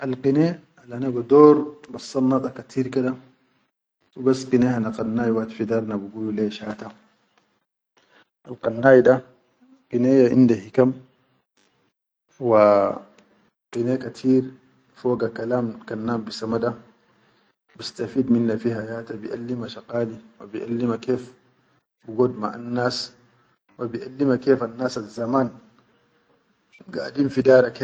Al kine al ana bador ban sannada katir ke da hubas kine hana kannai wahid fidar na bigulu le ya shata. Al kannai da hineya inda hikam wa hine katir foga kalam kan nam bisama da bistafid minna hayata bi ellima shaqali haw bi ellima kef bigot maʼan nas wa ellima kef annasan zaman gadin fi dara.